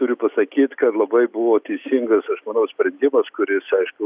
turiu pasakyt kad labai buvo teisingas aš manau sprendimas kuris aišku